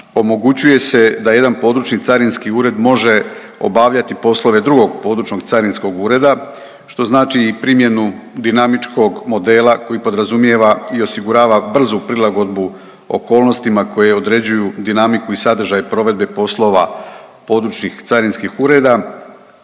omogućuje se da jedan područni carinski ured može obavljati poslove drugog područnog carinskog ureda, što znači primjenu dinamičkog modela koji podrazumijeva i osigurava brzu prilagodbu okolnostima koje određuju dinamiku i sadržaj provedbe poslova područnih carinskih ureda,